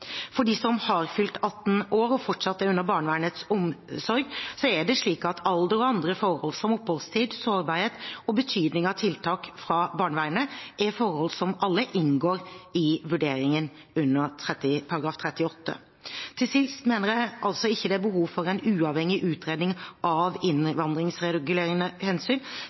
For dem som har fylt 18 år og fortsatt er under barnevernets omsorg, er det slik at alder og andre forhold, som oppholdstid, sårbarhet og betydningen av tiltak fra barnevernet, er forhold som alle inngår i vurderingen under § 38. Til sist mener jeg altså ikke det er behov for en uavhengig utredning av innvandringsregulerende hensyn.